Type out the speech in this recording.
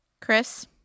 Chris